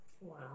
Wow